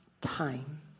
time